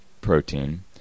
protein